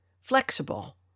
flexible